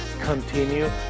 continue